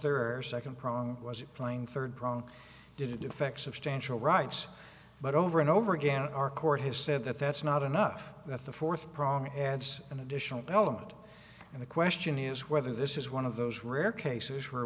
there or second problem was it playing third prong didn't affect substantial rights but over and over again our court has said that that's not enough that the fourth prong adds an additional element and the question is whether this is one of those rare cases where